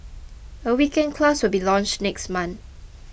a weekend class will be launched next month